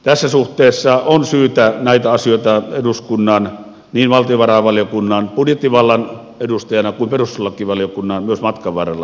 tässä suhteessa eduskunnan niin valtiovarainvaliokunnan budjettivallan edustajana kuin perustuslakivaliokunnan on syytä seurata näitä asioita myös matkan varrella